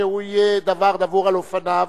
שהוא יהיה דבר דבור על אופניו,